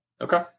Okay